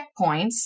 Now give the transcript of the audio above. checkpoints